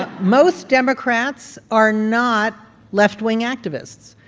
ah most democrats are not left-wing activists.